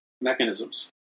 mechanisms